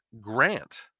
Grant